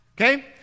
Okay